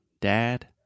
Dad